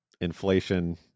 inflation